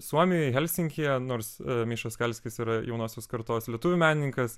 suomijoj helsinkyje nors miša skalskis yra jaunosios kartos lietuvių menininkas